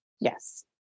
Yes